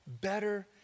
better